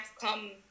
come